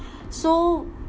so